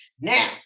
Now